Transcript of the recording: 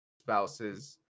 spouses